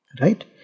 right